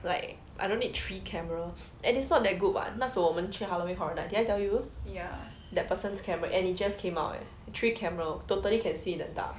like I don't need three camera and it's not that good [what] 那时候我们去 halloween horror night did I tell you that person's camera and it just came out leh three camera totally can see the dark